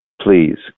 please